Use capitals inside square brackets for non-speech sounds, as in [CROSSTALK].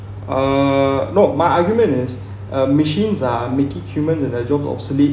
err not my argument is [BREATH] uh machines are making humans and their job obsolete